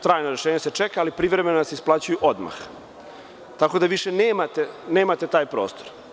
Trajno rešenje se čeka, ali privremena se isplaćuju odmah, tako da više nemate taj prostor.